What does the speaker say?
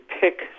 pick